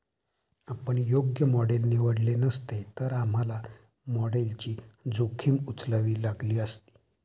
आपण योग्य मॉडेल निवडले नसते, तर आम्हाला मॉडेलची जोखीम उचलावी लागली असती